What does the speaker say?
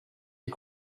est